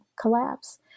collapse